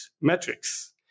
metrics